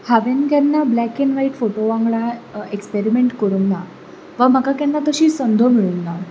हावें केन्ना black and white photo वांगडा एक्सपेरीमेंट करूंक ना वा म्हाका केन्ना तशी संद मेळूंक ना